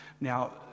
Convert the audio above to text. Now